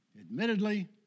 Admittedly